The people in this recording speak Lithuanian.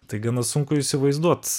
tai gana sunku įsivaizduot